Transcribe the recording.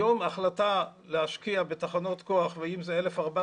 היום החלטה להשקיע בתחנות כוח ואם זה 1,400